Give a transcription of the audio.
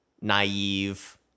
naive